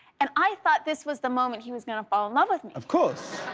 and i thought this was the moment he was going to fall in love with me. of course.